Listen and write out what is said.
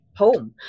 home